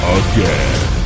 again